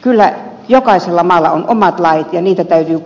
kyllä jokaisella maalla on omat lait ja niitä täytyy